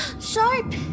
Sharp